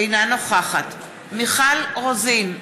אינה נוכחת מיכל רוזין,